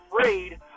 afraid